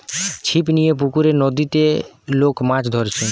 ছিপ লিয়ে পুকুরে, নদীতে লোক মাছ ধরছে